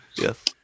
Yes